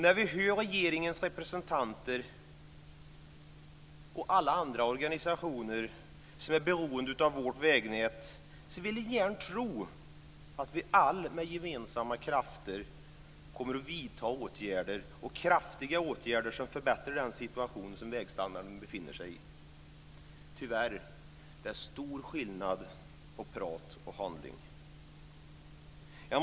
När vi hör regeringens representanter och alla andra organisationer som är beroende av vårt vägnät, vill jag gärna tro att vi alla med gemensamma krafter kommer att vidta kraftiga åtgärder som förbättrar den situation som vägstandarden befinner sig i. Tyvärr är det stor skillnad på prat och handling.